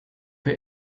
für